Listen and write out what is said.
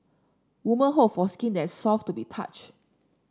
woman hope for skin that is soft to the touch